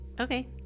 okay